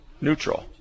neutral